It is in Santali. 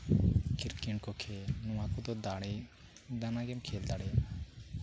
ᱠᱨᱤᱠᱮᱴ ᱠᱚ ᱠᱷᱮᱞ ᱱᱚᱣᱟ ᱠᱚᱫᱚ ᱫᱟᱲᱮ ᱟᱱᱟᱜ ᱜᱮᱢ ᱠᱷᱮᱞ ᱫᱟᱲᱮᱭᱟᱜᱼᱟ